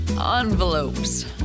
envelopes